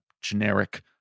generic